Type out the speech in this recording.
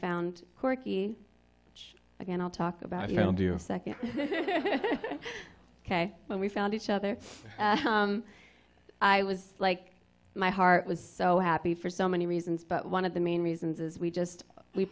found corky again i'll talk about ok when we found each other i was like my heart was so happy for so many reasons but one of the main reasons is we just we